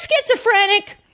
schizophrenic